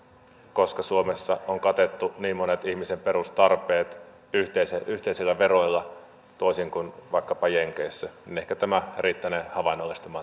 koska suomessa on katettu niin monet ihmisen perustarpeet yhteisillä yhteisillä veroilla toisin kuin vaikkapa jenkeissä ehkä tämä riittänee havainnollistamaan